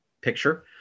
picture